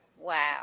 Wow